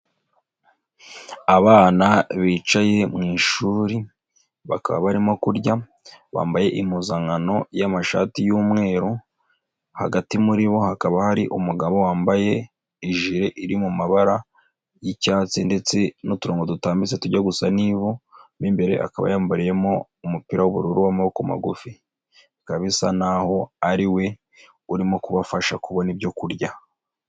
Abana bicaye mu ishuri bakaba barimo kurya, bambaye impuzankano y'amashati y'umweru, hagati muri bo hakaba hari umugabo wambaye ijiri iri mu mabara y'icyatsi ndetse n'uturongo dutambitse tujya gusa n'ivu akaba yambariyemo umupira w'ubururu w'amaboko magufi, bikaba bisa naho ariwe urimo kubafasha kubona ibyo kurya.